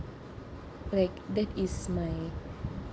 like that is my